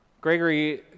Gregory